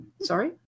Sorry